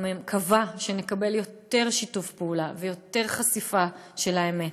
אני מקווה שנקבל יותר שיתוף פעולה ויותר חשיפה של האמת,